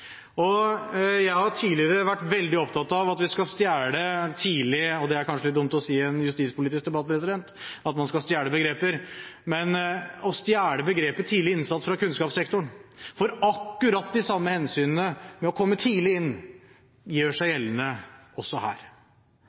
inn. Jeg har tidligere vært veldig opptatt av at vi skal stjele begrepet – det er kanskje dumt å si at man skal stjele begreper i en justispolitisk debatt – «tidlig innsats» fra kunnskapssektoren, for akkurat de samme hensynene med å komme tidlig inn gjør seg gjeldende også her.